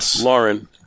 Lauren